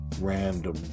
random